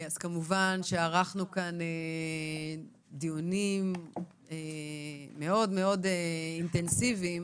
אז כמובן שערכנו כאן דיונים מאוד אינטנסיביים